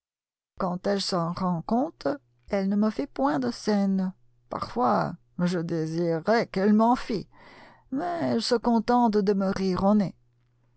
quand elle s'en rend compte elle ne me fait point de scène parfois je désirerais qu'elle m'en fît mais elle se contente de me rire au nez